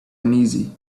uneasy